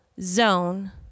zone